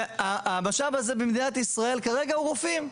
והמשאב הזה במדינת ישראל כרגע הוא רופאים.